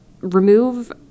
remove